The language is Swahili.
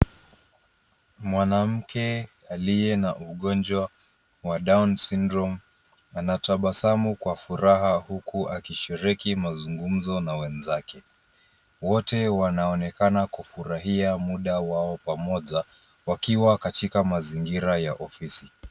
Mwanamke aliye na ugonjwa wa Down Syndrome anatabasamu kwa furaha huku akishiriki mazungumzo na wenzake. Wote wanaonekana kufurahia muda wao pamoja wakiwa katika mazingira ya ofisi.